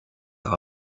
got